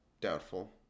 doubtful